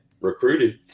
recruited